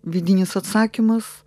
vidinis atsakymas